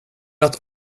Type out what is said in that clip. att